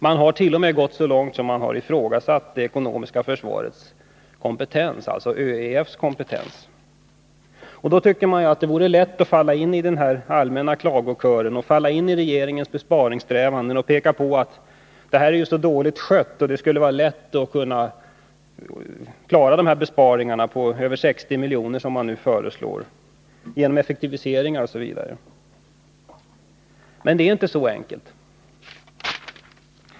Man har t.o.m. ifrågasatt ÖEF:s, dvs. överstyrelsens för ekonomiskt försvar, kompetens. Det går lätt att falla in i en allmän klagokör och peka på att beredskapslagringen är dåligt skött och mena att det skulle vara lätt att genom en effektivisering klara den besparing på 60 milj.kr. som nu föreslås. Men det är inte så enkelt.